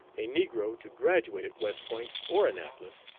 a negro to graduate at west point or annapolis,